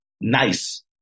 nice